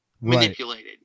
manipulated